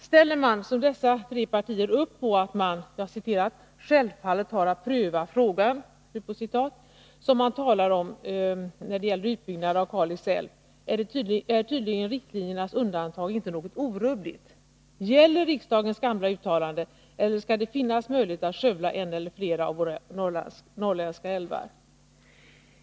Ställer man — som dessa tre partier — upp bakom påståendet att man självfallet har att pröva frågan, som när man i propositionen talar om utbyggnad av Kalix älv, är tydligen inte riktlinjernas undantag något orubbligt. Gäller riksdagens gamla uttalande eller skall det finnas möjligheter att skövla en eller flera av våra norrländska älvar?